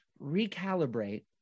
recalibrate